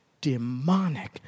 demonic